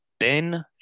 Ben